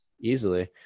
easily